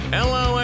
Hello